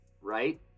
right